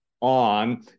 on